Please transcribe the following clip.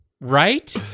Right